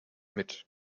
mit